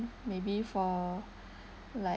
maybe for like